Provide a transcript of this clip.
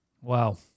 Wow